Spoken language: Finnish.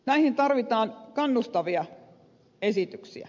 näihin tarvitaan kannustavia esityksiä